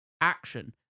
action